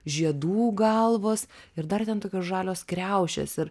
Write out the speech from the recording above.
žiedų galvos ir dar ten tokios žalios kriaušės ir